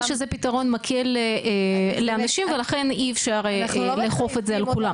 שזה פתרון מקל לאנשים ולכן אי אפשר לאכוף את זה על כולם.